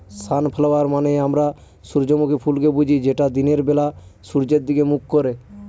sunflower মানে আমরা সূর্যমুখী ফুলকে বুঝি যেটা দিনের বেলা সূর্যের দিকে মুখ করে